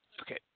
Okay